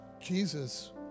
Jesus